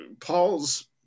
Paul's